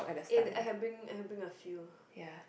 eh I have being I have being a few